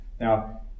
Now